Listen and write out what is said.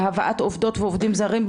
להבאת עובדות ועובדים זרים,